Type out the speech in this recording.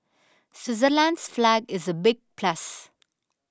Switzerland's flag is a big plus